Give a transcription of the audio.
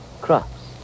Crops